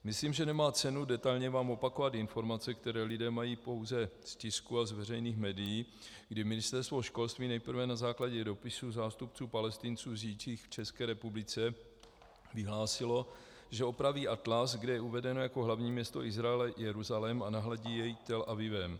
Myslím, že nemá cenu detailně vám opakovat informace, které lidé mají pouze z tisku a z veřejných médií, kdy Ministerstvo školství nejprve na základě dopisu zástupců Palestinců žijících v České republice vyhlásilo, že opraví atlas, kde je uvedeno jako hlavní město Izraele Jeruzalém, a nahradí jej Tel Avivem.